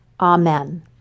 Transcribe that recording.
Amen